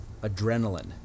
Adrenaline